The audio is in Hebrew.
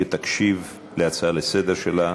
שתקשיב להצעה שלה לסדר-היום.